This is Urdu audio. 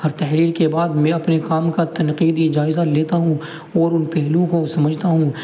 ہر تحریر کے بعد میں اپنے کام کا تنقیدی جائزہ لیتا ہوں اور ان پہلوؤں کو سمجھتا ہوں